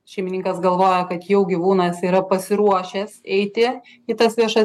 šeimininkas galvoja kad jau gyvūnas yra pasiruošęs eiti į tas viešas